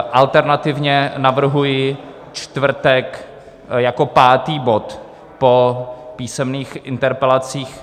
Alternativně navrhuji čtvrtek jako pátý bod po písemných interpelacích.